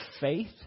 faith